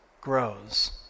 grows